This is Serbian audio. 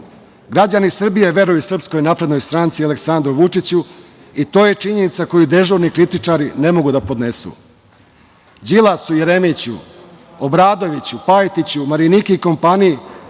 Srbije veruju SNS i Aleksandru Vučiću i to je činjenica koju dežurni kritičari ne mogu da podnesu. Đilasu, Jeremiću, Obradoviću, Pajtiću, Mariniki i kompaniji